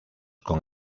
con